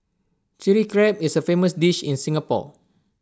Chilli Crab is A famous dish in Singapore